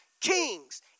kings